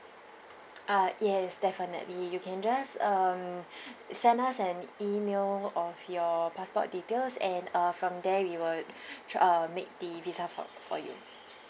uh yes definitely you can just um send us an email of your passport details and uh from there we will ju~ uh make the visa for for you